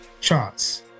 charts